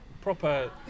proper